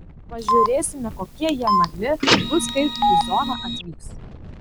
pažiūrėsime kokie jie nagli bus kai į zoną atvyks